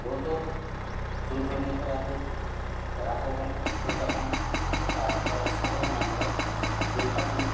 বহুতো দূৰ দূৰণিৰপৰা সেই ৰাসসমূহ উদযাপন চাবলৈ মানুহে ভিৰ পাতি